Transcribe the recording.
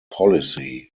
policy